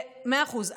מאה אחוז.